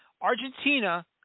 Argentina